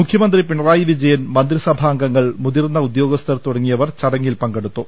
മുഖ്യ മന്ത്രി പിണറായി വിജയൻ മന്ത്രി സഭാ അംഗങ്ങൾ മു്തിർന്ന് ഉദ്യോഗസ്ഥർ തുടങ്ങിയവർ ചടങ്ങിൽ പങ്കെടുത്തു